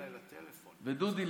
ודודי,